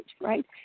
right